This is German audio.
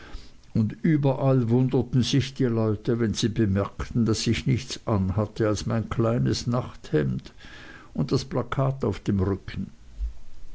und überall wunderten sich die leute wenn sie bemerkten daß ich nichts anhatte als mein kleines nachthemd und das plakat auf dem rücken